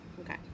Okay